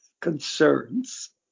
concerns